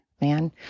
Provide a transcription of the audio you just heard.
man